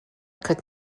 could